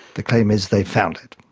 the claim is they found it.